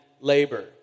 labor